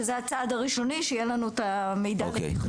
שזה הצעד הראשוני שיהיה לנו את המידע לתכנון.